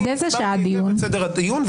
הסברתי היטב את סדר הדיון,